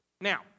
Now